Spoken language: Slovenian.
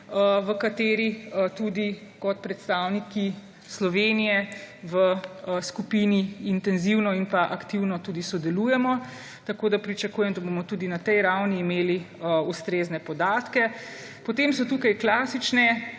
v kateri tudi kot predstavniki Slovenije v skupini intenzivno in pa aktivno tudi sodelujemo, tako da pričakujem, da bomo tudi na tej ravni imeli ustrezne podatke. Potem so tukaj klasične